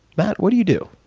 but what do you do?